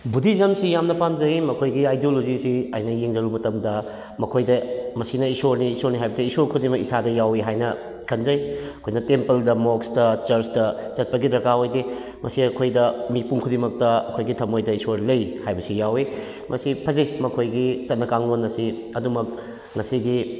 ꯕꯨꯗꯤꯖꯝꯁꯤ ꯌꯥꯝꯅ ꯄꯥꯝꯖꯩꯌꯦ ꯃꯈꯣꯏꯒꯤ ꯑꯥꯏꯗꯤꯌꯣꯂꯣꯖꯤꯁꯤ ꯑꯩꯅ ꯌꯦꯡꯖꯔꯨꯕ ꯃꯇꯝꯗ ꯃꯈꯣꯏꯗ ꯃꯁꯤꯅ ꯏꯁꯣꯔꯅꯤ ꯏꯁꯣꯔꯅꯤ ꯍꯥꯏꯕꯗꯤ ꯏꯁꯣꯔ ꯈꯨꯗꯤꯡꯃꯛ ꯏꯁꯥꯗ ꯌꯥꯎꯏ ꯍꯥꯏꯅ ꯈꯟꯖꯩ ꯑꯩꯈꯣꯏꯅ ꯇꯦꯝꯄꯜꯗ ꯃꯣꯛꯁꯇ ꯆꯔ꯭ꯁꯇ ꯆꯠꯄꯒꯤ ꯗꯔꯀꯥꯔ ꯑꯣꯏꯗꯦ ꯃꯁꯤ ꯑꯩꯈꯣꯏꯗ ꯃꯤꯄꯨꯝ ꯈꯨꯗꯤꯡꯃꯛꯇ ꯑꯩꯈꯣꯏꯒꯤ ꯊꯃꯣꯏꯗ ꯏꯁꯣꯔ ꯂꯩ ꯍꯥꯏꯕꯁꯤ ꯌꯥꯎꯏ ꯃꯁꯤ ꯐꯖꯩ ꯃꯈꯣꯏꯒꯤ ꯆꯠꯅ ꯀꯥꯡꯂꯣꯅ ꯑꯁꯤ ꯑꯗꯨꯝꯃꯛ ꯉꯁꯤꯒꯤ